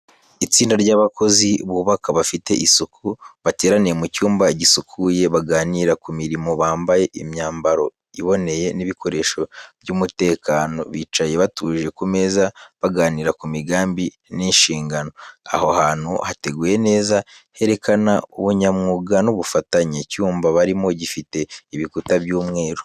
Itsinda ry’abakozi bubaka bafite isuku bateraniye mu cyumba gisukuye baganira ku mirimo. Bambaye imyambaro iboneye n’ibikoresho by’umutekano, bicaye batuje ku meza baganira ku migambi n’inshingano. Aho hantu hateguye neza herekana ubunyamwuga n’ubufatanye. Icyumba barimo gifite ibikuta by'umweru.